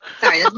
Sorry